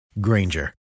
Granger